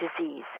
disease